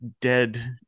dead